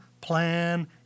plan